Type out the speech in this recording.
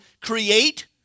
create